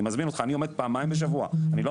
אני מזמין אותך,